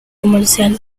comercial